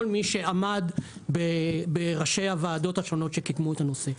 מי שעמד בראשי הוועדות השונות שקידמו את הנושא.